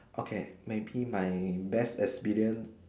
okay maybe my best experience